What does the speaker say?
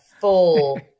full